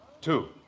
two